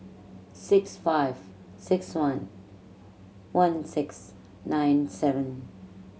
six five six one one six nine seven